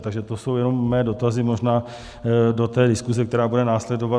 Takže to jsou mé dotazy, možná do diskuse, která bude následovat.